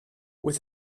with